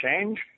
change